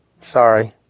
Sorry